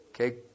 Okay